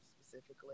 specifically